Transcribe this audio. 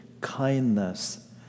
kindness